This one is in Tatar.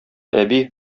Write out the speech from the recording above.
әби